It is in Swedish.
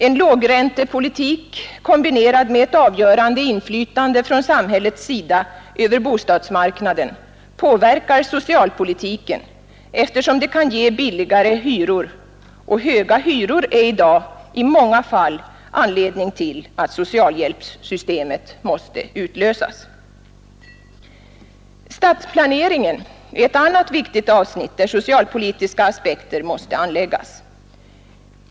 En lågräntepolitik kombinerad med ett avgörande inflytande från samhällets sida över bostadsmarknaden påverkar socialpolitiken, eftersom det kan ge billigare hyror, och höga hyror är i dag i många fall anledning till att socialhjälpssystemet måste utlösas. Stadsplaneringen är ett annat viktigt avsnitt, där socialpolitiska aspekter måste anläggas.